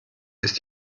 ist